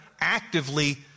actively